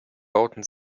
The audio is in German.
bauten